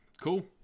cool